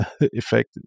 effect